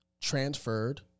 transferred